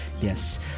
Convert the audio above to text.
yes